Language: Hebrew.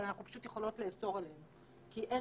אבל אנחנו פשוט יכולות לאסור עליהן כי אין